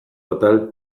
atal